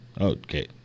okay